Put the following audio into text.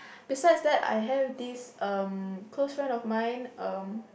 besides that I have this um close friend of mine um